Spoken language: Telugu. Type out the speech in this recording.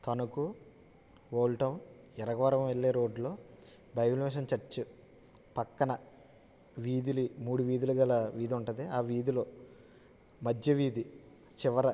తనుకు ఓల్డ్ టౌన్ ఎరగవరం వెళ్ళే రోడ్డులో బై మిషన్ చర్చ్ ప్రక్కన వీధిలో మూడు వీధులు గల వీధి ఉంటుంది ఆ వీధిలో మధ్య వీధి చివర